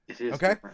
Okay